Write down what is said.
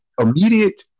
immediate